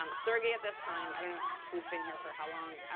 um sergey at this time i don't know who's been here for how long.